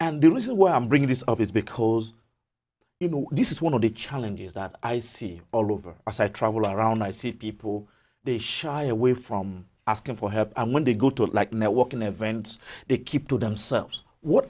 and do this is why i'm bringing this up is because you know this is one of the challenges that i see all over us i travel around i see people the shy away from asking for help when they go to like networking events to keep to themselves what